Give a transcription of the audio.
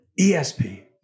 ESP